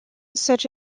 such